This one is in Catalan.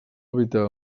evitar